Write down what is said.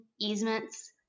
easements